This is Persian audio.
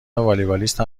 والیبالیست